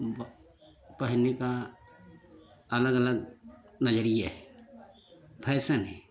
पहनने का अलग अलग नजरिया है फैसन है